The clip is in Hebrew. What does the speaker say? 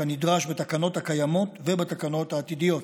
כנדרש בתקנות הקיימות ובתקנת העתידיות,